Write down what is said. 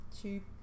Cheap